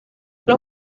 los